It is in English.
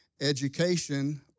education